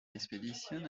expedición